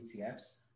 etfs